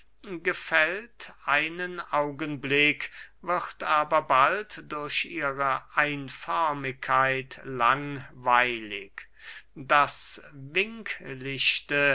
gefällt einen augenblick wird aber bald durch ihre einförmigkeit langweilig das